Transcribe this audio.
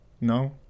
No